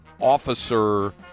Officer